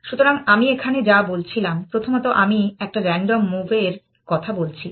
সুতরাং আমি এখানে যা বলছিলাম প্রথমত আমি একটা রান্ডম মুভ এর কথা বলছি